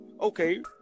Okay